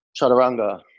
Chaturanga